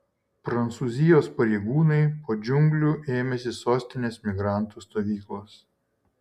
prancūzijos pareigūnai po džiunglių ėmėsi sostinės migrantų stovyklos